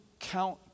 count